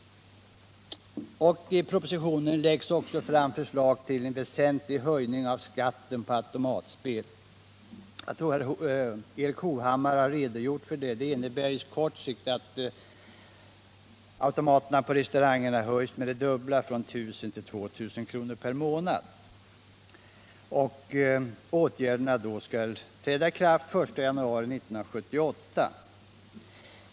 I propositionen läggs också fram förslag om en väsentlig höjning av skatten på automatspel. Jag tror att Erik Hovhammar har redogjort för detta. Det innebär på kort sikt att skatten på restaurangernas automater fördubblas från 1 000 till 2000 kr. per månad. Höjningen av spelskatten skall träda i kraft den 1 januari 1978.